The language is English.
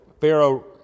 Pharaoh